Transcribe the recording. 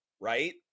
Right